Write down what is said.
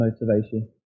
motivation